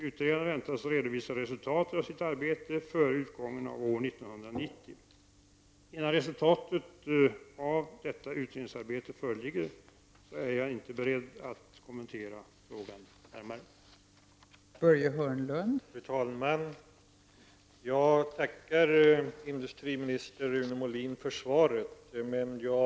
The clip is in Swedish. Utredaren väntas redovisa resultatet av sitt arbete före utgången av år 1990. Innan resultatet av detta utredningsarbete föreligger, är jag inte beredd att kommentera frågan närmare.